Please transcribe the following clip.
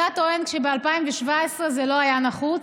אתה טוען שב-2017 זה לא היה נחוץ.